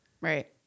Right